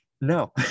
No